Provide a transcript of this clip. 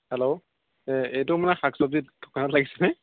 hello এ এইটো মানে শাক চব্জিৰ দোকানত লাগিছে নে